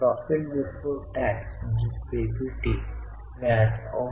balance sheet जर तुम्हाला आठवत असेल तर गुंतवणूकीची दीर्घ मुदत होती